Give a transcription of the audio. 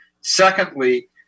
Secondly